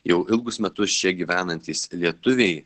jau ilgus metus čia gyvenantys lietuviai